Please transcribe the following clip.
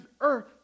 earth